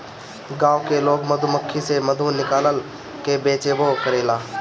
गाँव के लोग मधुमक्खी से मधु निकाल के बेचबो करेला